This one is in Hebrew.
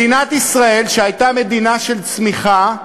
מדינת ישראל, שהייתה מדינה של צמיחה,